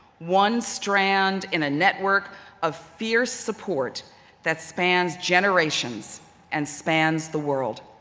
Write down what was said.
one strand in a network of fierce support that spans generations and spans the world.